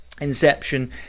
Inception